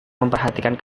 memperhatikan